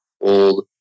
old